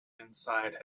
inside